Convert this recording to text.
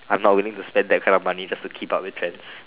I'm not willing to spend that kind of money just to keep up with trends